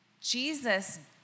Jesus